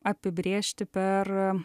apibrėžti per